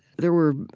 there were